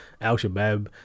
Al-Shabaab